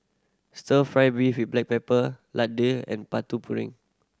Stir Fry beef with black pepper laddu and Putu Piring